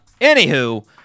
anywho